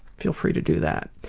feel free to do that.